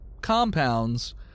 compounds